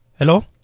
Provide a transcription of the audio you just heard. Hello